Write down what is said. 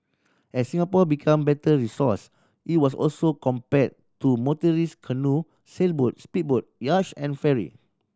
as Singapore became better resourced it was also compared to motorised canoe sailboat speedboat yacht and ferry